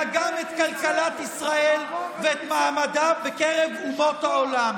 אלא גם את כלכלת ישראל ואת מעמדה בקרב אומות העולם.